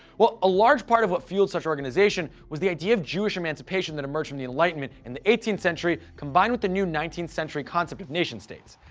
well, a large part of what fueled such organization was the idea of jewish emancipation that emerged from the enlightenment in the eighteenth century combined with the new nineteenth century concept of nation-states.